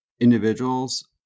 individuals